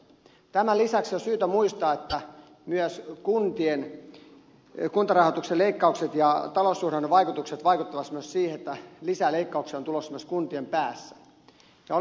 tämän lisäksi on syytä muistaa että myös kuntarahoituksen leikkaukset ja taloussuhdannevaikutukset vaikuttavat siihen että lisäleikkauksia on tulossa myös kuntien päässä